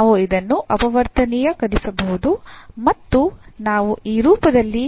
ನಾವು ಇದನ್ನು ಅಪವರ್ತನೀಕರಿಸಬಹುದು ಮತ್ತು ನಾವು ಈ ರೂಪದಲ್ಲಿ